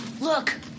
Look